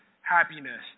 happiness